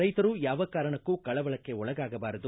ರೈತರು ಯಾವ ಕಾರಣಕ್ಕೂ ಕಳವಳಕ್ಕೆ ಒಳಗಾಗಬಾರದು